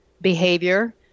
behavior